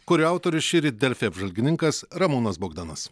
kurio autorius šįryt delfi apžvalgininkas ramūnas bogdanas